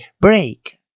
break